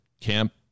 camp